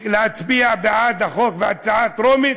להצביע בעד החוק בקריאה טרומית,